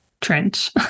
trench